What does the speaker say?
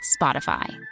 Spotify